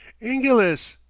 ingilis!